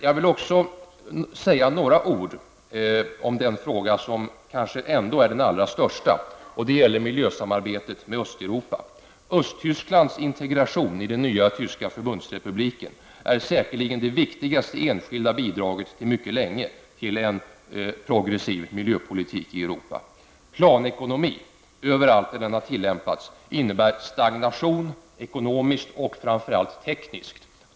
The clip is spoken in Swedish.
Jag vill också säga några ord om den fråga som kanske är den allra största, nämligen miljösamarbetet med Östeuropa. Östtysklands integration i den nya tyska förbundsrepubliken är säkerligen det viktigaste enskilda bidraget på mycket länge till en progressiv miljöpolitik i Planekonomi innebär -- överallt där den har tillämpats -- stagnation, ekonomiskt och framför allt tekniskt.